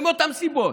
זה מאותן סיבות,